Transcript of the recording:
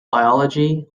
biology